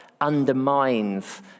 undermines